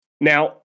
Now